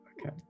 Okay